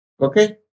Okay